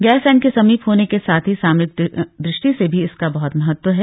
गैरसैंण के समीप होने के साथ ही सामरिक दृष्टि से भी इसका बहत महत्व है